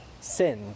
sin